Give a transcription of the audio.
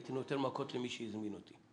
הייתי נותן מכות למי שהזמין אותי.